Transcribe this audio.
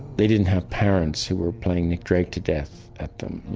they didn't have parents who were playing nick drake to death at them.